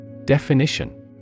Definition